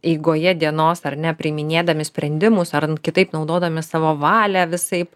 eigoje dienos ar ne priiminėdami sprendimus ar kitaip naudodami savo valią visaip